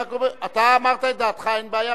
הם מוכנים